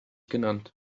genannt